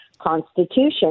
Constitution